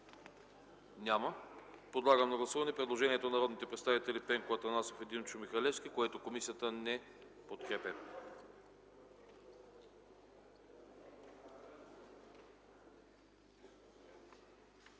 Няма. Подлагам на гласуване предложението на народните представители Пенко Атанасов и Димчо Михалевски, което комисията не подкрепя.